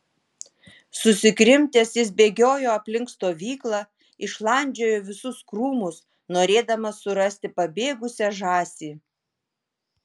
susikrimtęs jis bėgiojo aplink stovyklą išlandžiojo visus krūmus norėdamas surasti pabėgusią žąsį